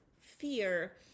fear